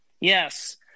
yes